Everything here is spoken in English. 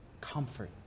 comfort